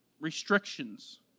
restrictions